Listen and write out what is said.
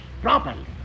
properly